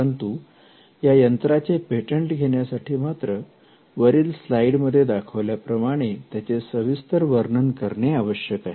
परंतु या यंत्राचे पेटंट घेण्यासाठी मात्र वरील स्लाईडमध्ये दाखवल्या प्रमाणे त्याचे सविस्तर वर्णन करणे आवश्यक आहे